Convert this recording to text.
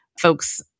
folks